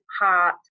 heart